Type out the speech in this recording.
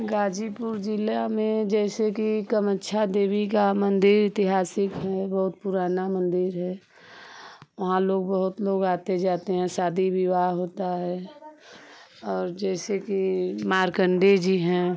गाजीपुर ज़िला में जैसे कि कामाख्या देवी का मंदिर ऐतिहासिक है बहुत पुराना मंदिर है वहाँ लोग बहुत लोग आते जाते हैं शादी विवाह होता है और जैसे कि मार्कण्डेय जी हैं